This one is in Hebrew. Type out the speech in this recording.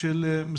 שלטון מקומי,